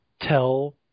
tell